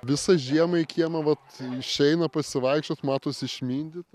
visą žiemą į kiemą vat išeina pasivaikščiot matos išmindyta